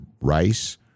rice